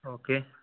okay